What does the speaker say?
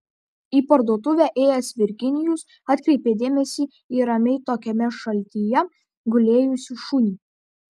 į parduotuvę ėjęs virginijus atkreipė dėmesį į ramiai tokiame šaltyje gulėjusį šunį